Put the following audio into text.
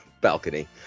balcony